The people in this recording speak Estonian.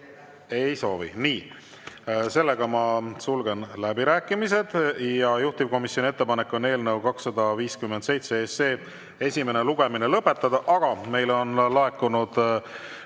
Ei soovi. Nii, sulgen läbirääkimised. Juhtivkomisjoni ettepanek on eelnõu 257 esimene lugemine lõpetada, aga meile on laekunud